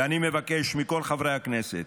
ואני מבקש מכל חברי הכנסת,